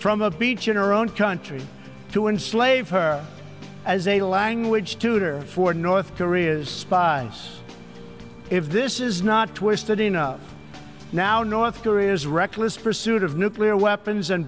from a beach in or own country to enslave her as a language tutor for north korea's spies if this is not twisted enough now north korea's reckless pursuit of nuclear weapons and